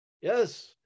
Yes